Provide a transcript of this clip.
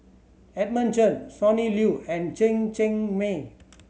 Edmund Chen Sonny Liew and Chen Cheng Mei